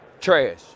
Trash